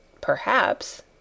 Perhaps